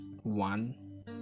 one